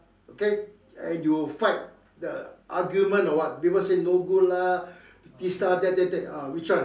okay and you'll fight the argument or what people say no good lah pizza that that that ah which one